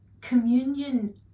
communion